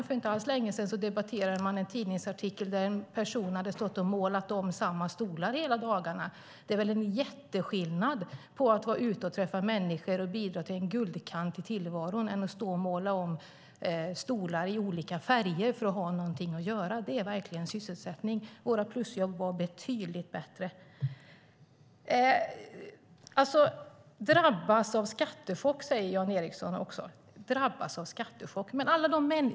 För inte så länge sedan debatterades i kammaren en tidningsartikel om en person som hela dagarna stått och målat samma stolar. Det är en jätteskillnad mellan att vara ute och träffa människor och bidra till en guldkant i tillvaron och att måla om stolar i olika färger för att ha någonting att göra. Våra plusjobb var betydligt bättre. Drabbas av skattechock, säger Jan Ericson.